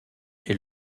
est